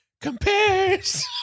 Compares